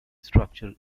structure